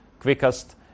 quickest